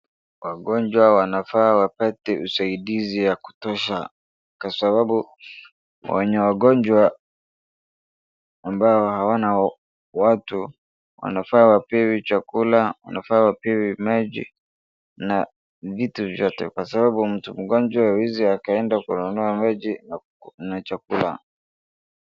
Wagonjwa wanafaa wapate usaidizi wa kutosha kwa sababu wenye wagonjwa ambao hawana watu wanafaa wapewe chakula, wanafaa wapewe maji na vitu vyote kwa sababu mtu mgonjwa hawezi akaenda kununua maji na chakula.